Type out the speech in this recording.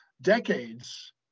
decades